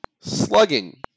Slugging